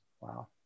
Wow